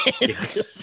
Yes